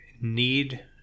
need